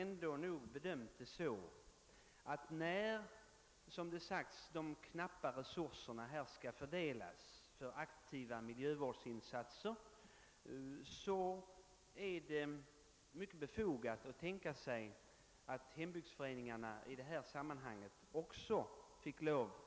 När de knappa resurserna för aktiva miljövårdsinsatser skall fördelas har utskottsmajoriteten bedömt det som mycket befogat att också hembygdsföreningarna i det här sammanhanget får spela sin roll.